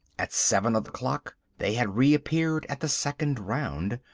at seven of the clock they had reappeared at the second round,